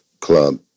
club